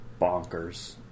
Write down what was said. bonkers